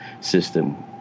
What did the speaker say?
system